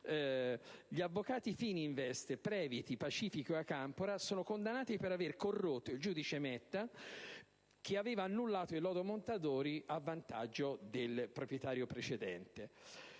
Gli avvocati della Fininvest Previti, Pacifico e Acampora sono stati condannati per aver corrotto il giudice Metta, che ha annullato il lodo Mondadori, a vantaggio del proprietario precedente.